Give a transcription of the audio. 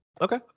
Okay